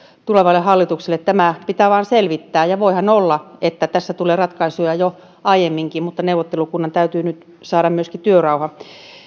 tulevalle hallitukselle tämä pitää vain selvittää ja voihan olla että tässä tulee ratkaisuja jo aiemminkin mutta neuvottelukunnan täytyy nyt saada myöskin työrauha